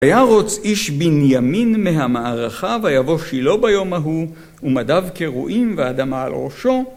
וירוץ איש בנימין מהמערכה, ויבוא שילה ביום ההוא ומדיו קרועים ואדמה על ראשו